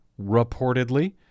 reportedly